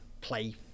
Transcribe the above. Play